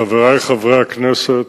חברי חברי הכנסת,